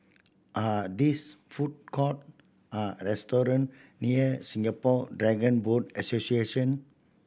are these food court or restaurant near Singapore Dragon Boat Association